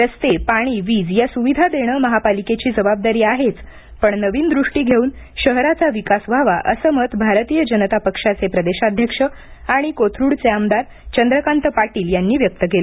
रस्ते पाणी वीज या सुविधा देणे महापालिकेची जबाबदारी आहेच पण नवीन दृष्टी घेऊन शहराचा विकास व्हावा असे मत भारतीय जनता पक्षाचे प्रदेशाध्यक्ष आणि कोथरूड चे आमदार चंद्रकांत पाटील यांनी व्यक्त केले